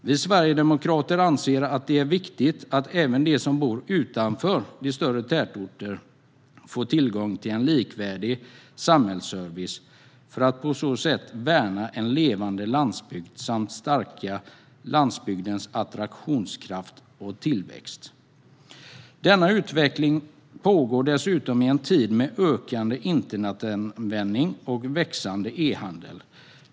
Vi sverigedemokrater anser att det är viktigt att även de som bor utanför de större tätorterna får tillgång till likvärdig samhällsservice för att på så sätt värna en levande landsbygd och stärka landsbygdens attraktionskraft och tillväxt. Denna utveckling pågår dessutom i en tid med ökande internetanvändning och växande e-handel.